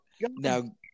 now